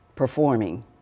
performing